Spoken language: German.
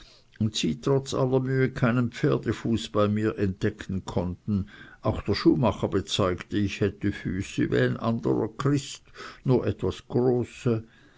und sie trotz aller mühe keinen pferdefuß bei mir entdecken konnten auch der schuhmacher bezeugte ich hätte füße wie ein anderer christ nur etwas große